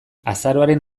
azaroaren